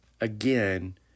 again